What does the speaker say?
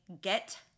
Get